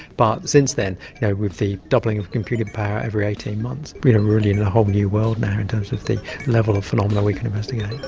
but since then you know with the doubling of computing power every eighteen months we are really in a whole new world now in terms of the level of phenomena we can investigate.